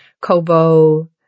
kobo